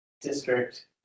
district